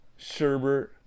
Sherbert